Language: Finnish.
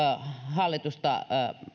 hallitusta